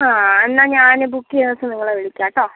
ആ എന്നാൽ ഞാൻ ബുക്ക് ചെയ്യുന്ന ദിവസം നിങ്ങളെ വിളിക്കാട്ടോ